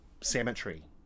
cemetery